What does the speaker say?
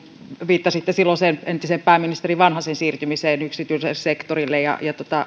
viittasitte entisen pääministeri vanhasen siirtymiseen yksityiselle sektorille